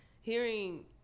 hearing